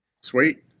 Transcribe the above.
Sweet